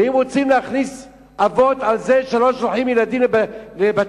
ואם רוצים להכניס אבות על זה שלא שולחים ילדים לבתי-ספר,